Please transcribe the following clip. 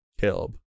Caleb